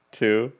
two